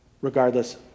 regardless